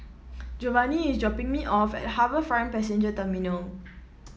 Jovani is dropping me off at HarbourFront Passenger Terminal